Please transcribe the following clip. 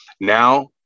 Now